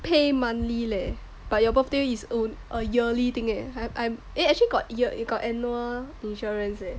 pay monthly leh but your birthday is own a yearly thing eh I eh actually got year you got annual insurance leh